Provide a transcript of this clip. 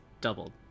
doubled